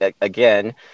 again